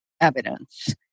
evidence